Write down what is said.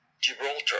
Gibraltar